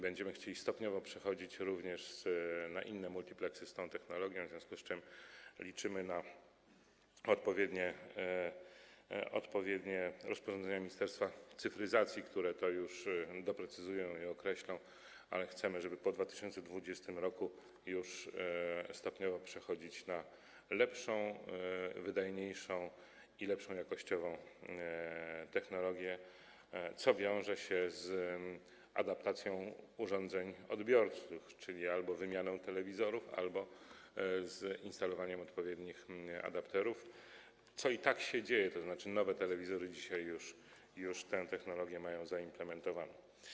Będziemy chcieli stopniowo przechodzić również na inne multipleksy z tą technologią, w związku z czym liczymy na odpowiednie rozporządzenia Ministerstwa Cyfryzacji, które to doprecyzują i określą, ale chcemy po 2020 r. stopniowo przechodzić na lepszą, wydajniejszą i lepszą jakościowo technologię, co wiąże się z adaptacją urządzeń odbiorców, czyli albo z wymianą telewizorów, albo z instalowaniem odpowiednich adapterów, co i tak się dzieje, tzn. nowe telewizory dzisiaj już tę technologię mają zaimplementowaną.